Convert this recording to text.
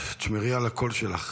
תשמרי על הקול שלך.